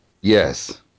yes